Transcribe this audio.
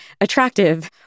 attractive